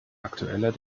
aktueller